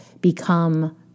become